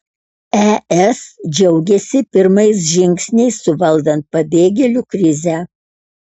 es džiaugiasi pirmais žingsniais suvaldant pabėgėlių krizę